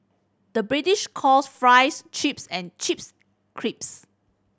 the British calls fries chips and chips crisps